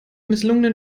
misslungenen